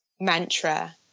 mantra